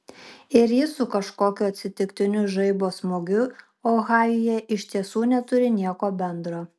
ir jis su kažkokiu atsitiktiniu žaibo smūgiu ohajuje iš tiesų neturi nieko bendro